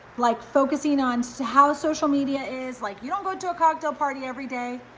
like focusing on so how social media is, like, you don't go to a cocktail party every day,